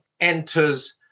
enters